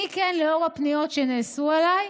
לאור הפניות שנעשו אליי,